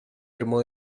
enfermo